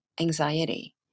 anxiety